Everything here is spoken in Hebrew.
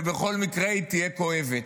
ובכל מקרה היא תהיה כואבת.